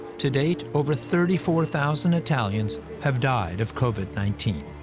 to date, over thirty four thousand italians have died of covid nineteen.